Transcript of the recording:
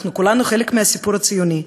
כולנו חלק מהסיפור הציוני.